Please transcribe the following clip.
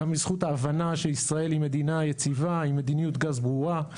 גם בזכות ההבנה שישראל היא מדינה יציבה עם מדיניות גז ברורה,